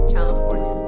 California